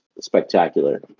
spectacular